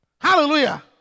Hallelujah